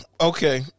Okay